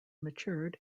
matured